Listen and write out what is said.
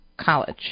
college